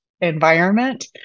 environment